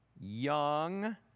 young